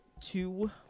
two